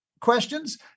questions